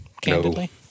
candidly